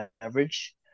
average